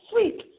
sweet